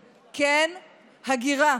כן, הגירה.